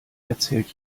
erzählt